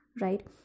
right